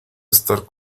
estar